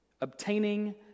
Obtaining